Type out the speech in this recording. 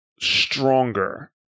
stronger